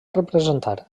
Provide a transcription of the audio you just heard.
representar